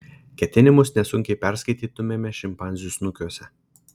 ketinimus nesunkiai perskaitytumėme šimpanzių snukiuose